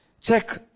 check